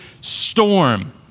storm